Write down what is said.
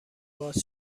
باز